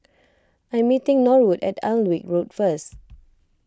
I'm meeting Norwood at Alnwick Road first